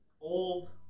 old